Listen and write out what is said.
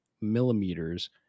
millimeters